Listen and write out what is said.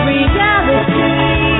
Reality